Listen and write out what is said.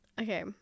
Okay